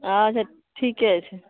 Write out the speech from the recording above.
अच्छा ठीके छै